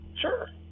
sure